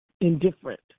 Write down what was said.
indifferent